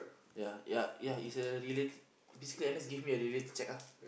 ya ya ya it's a related basically N_S give me a reality check ah